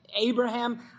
Abraham